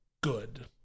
good